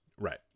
Right